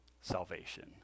salvation